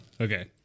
Okay